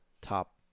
top